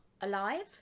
alive